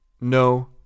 No